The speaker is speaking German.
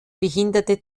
behinderte